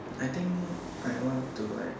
I think I want to like